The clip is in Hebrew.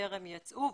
בטרם יצאו,